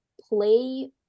play